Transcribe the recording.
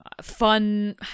fun